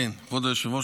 כבוד היושב-ראש,